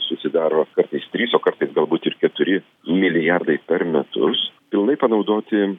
susidaro kartais trys o kartais galbūt ir keturi milijardai per metus pilnai panaudoti